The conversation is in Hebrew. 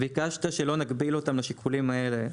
ביקשת שלא נגביל אותם לשיקולים האלה.